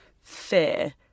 fear